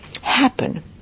happen